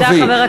ממני,